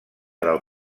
del